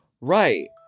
Right